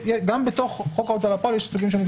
גם בתוך חוק ההוצאה לפועל יש סוגים שונים.